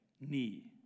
knee